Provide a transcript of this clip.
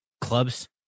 clubs